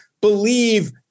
believe